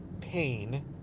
pain